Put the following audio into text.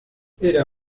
era